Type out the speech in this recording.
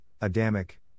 Adamic